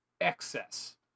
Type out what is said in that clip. excess